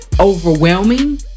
overwhelming